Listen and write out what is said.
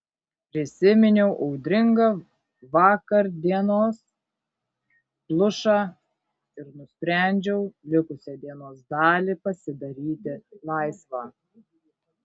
prisiminiau audringą vakardienos plušą ir nusprendžiau likusią dienos dalį pasidaryti laisvą